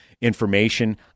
information